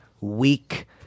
weak